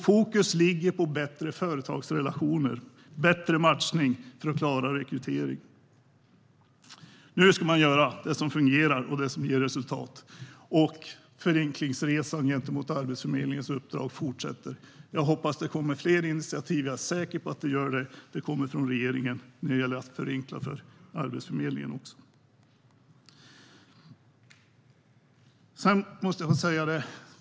Fokus ligger på bättre företagsrelationer och bättre matchning för att klara rekryteringen. Nu ska man göra det som fungerar och det som ger resultat. Förenklingsresan gentemot Arbetsförmedlingens uppdrag fortsätter. Jag hoppas att det kommer fler initiativ, och jag är säker på att det gör det från regeringen när det gäller att förenkla för Arbetsförmedlingen.